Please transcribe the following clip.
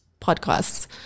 podcasts